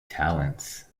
talents